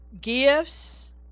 gifts